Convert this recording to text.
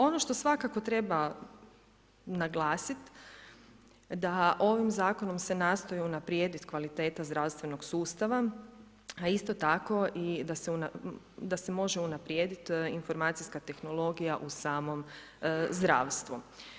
Ono što svakako treba naglasiti da ovim zakonom se nastoji unaprijediti kvaliteta zdravstvenog sustava a isto tako i da se miže unaprijediti informacijska tehnologija u samom zdravstvu.